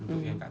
mm